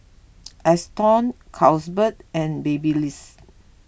Astons Carlsberg and Babyliss